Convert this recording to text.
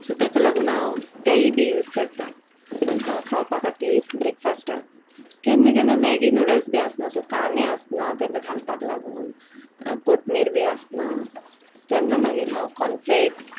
so ताका लागून हांव तेय बी यूज करता खावपा खातीर ब्रेकफास्टाक केन्ना केन्ना मॅगी नुडल्स बी आसना सो कांदे आसना ताका घालपाक लागून कोथमीर बी आसना तेन्ना मागीर हांव कॉनफ्लेक्स